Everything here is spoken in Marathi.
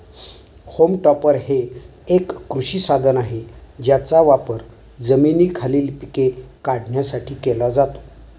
होम टॉपर हे एक कृषी साधन आहे ज्याचा वापर जमिनीखालील पिके काढण्यासाठी केला जातो